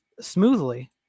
smoothly